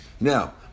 Now